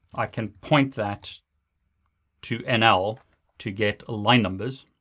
i can point that to nl to get line numbers,